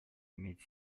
иметь